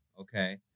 okay